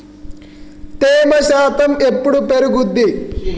తేమ శాతం ఎప్పుడు పెరుగుద్ది?